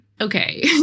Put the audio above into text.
Okay